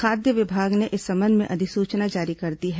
खाद्य विभाग ने इस संबंध में अधिसूचना जारी कर दी है